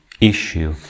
issue